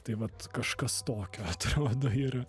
tai vat kažkas tokio atrodo yra